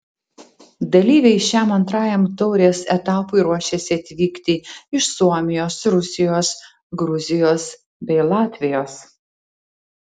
dalyviai šiam antrajam taurės etapui ruošiasi atvykti iš suomijos rusijos gruzijos bei latvijos